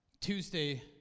Tuesday